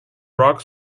rocks